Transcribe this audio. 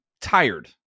tired